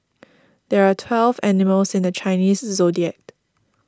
there are twelve animals in the Chinese zodiac